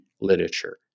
literature